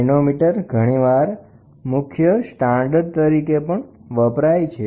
manometer ઘણી વાર મુખ્ય સ્ટાન્ડર્ડ તરીકે પણ વપરાય છે